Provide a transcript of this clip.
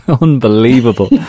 Unbelievable